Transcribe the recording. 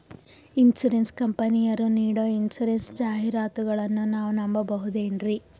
Insurance ಕಂಪನಿಯರು ನೀಡೋ insurance ಜಾಹಿರಾತುಗಳನ್ನು ನಾವು ನಂಬಹುದೇನ್ರಿ?